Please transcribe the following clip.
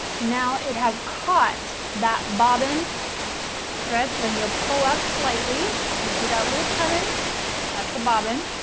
now it has cut that bobbin thread so then you'll pull up slightly you see that loop coming that's the bobbin